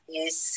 Yes